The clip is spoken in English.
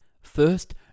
First